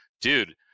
dude